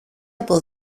από